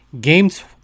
Games